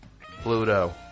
Pluto